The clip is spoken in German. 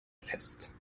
fest